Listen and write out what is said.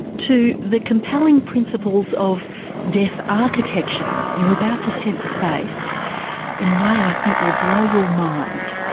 to the compelling principles of deaf architecture. you're about to sense space in a way i think will blow your mind.